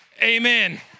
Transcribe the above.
Amen